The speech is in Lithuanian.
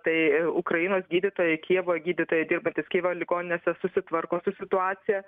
tai ukrainos gydytojai kijevo gydytojai dirbantys ligoninėse susitvarko su situacija